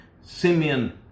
Simeon